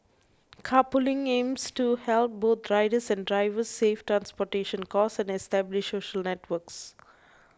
carpooling aims to help both riders and drivers save transportation costs and establish social networks